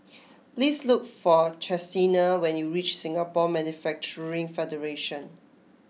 please look for Chestina when you reach Singapore Manufacturing Federation